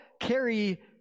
carry